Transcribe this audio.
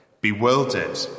bewildered